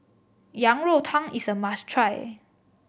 Yang Rou Tang is a must try